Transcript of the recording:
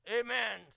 Amen